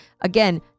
again